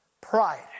Pride